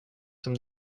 som